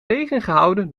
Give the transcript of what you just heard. tegengehouden